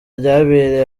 ryabereye